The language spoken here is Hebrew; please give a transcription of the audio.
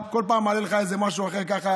כל פעם מעלה לך איזה משהו יפה,